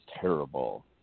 terrible